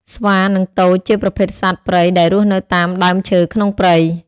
ស្វា និងទោច ជាប្រភេទសត្វព្រៃដែលរស់នៅតាមដើមឈើក្នុងព្រៃ។